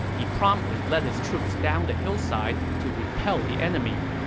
he promptly led his troops down the hillside to repel the enemy.